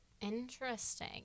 Interesting